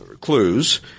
clues